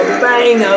bang